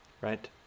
Right